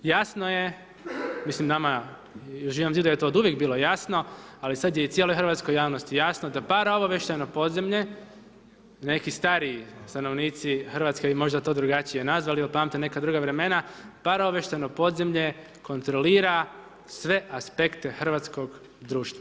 Jasno je, mislim nama, Živom Zidu je to oduvijek bilo jasno, ali sada je i cijeloj hrvatskoj javnosti jasno da paraobavještajno podzemlje, neki stariji stanovnici RH bi možda to drugačije nazvali jel pamte neka druga vremena, paraobavještajno podzemlje kontrolira sve aspekte hrvatskog društva.